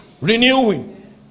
renewing